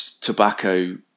tobacco